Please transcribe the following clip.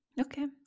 Okay